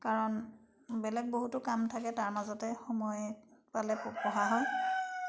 কাৰণ বেলেগ বহুতো কাম থাকে তাৰ মাজতে সময় পালে পঢ়া হয়